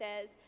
says